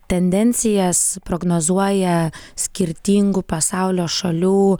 tendencijas prognozuoja skirtingų pasaulio šalių